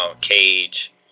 Cage